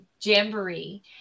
Jamboree